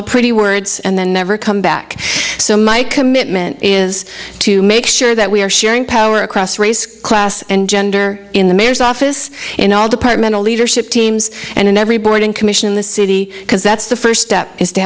the pretty words and then never come back so my commitment is to make sure that we are sharing power across race class and gender in the mayor's office in our departmental leadership teams and in every board and commission in the city because that's the first step is to